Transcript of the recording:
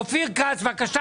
אופיר כץ, בבקשה.